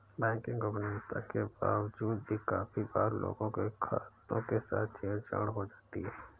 banking गोपनीयता के बावजूद भी काफी बार लोगों के खातों के साथ छेड़ छाड़ हो जाती है